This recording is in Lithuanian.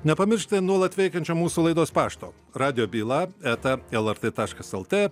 nepamiršti nuolat veikiančio mūsų laidos pašto radijo byla eta lrt taškas lt